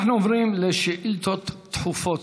אנחנו עוברים לשאילות דחופות.